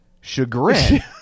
chagrin